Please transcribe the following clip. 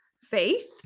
faith